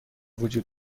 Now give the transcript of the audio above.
وجود